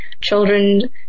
children